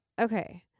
Okay